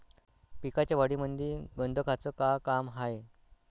पिकाच्या वाढीमंदी गंधकाचं का काम हाये?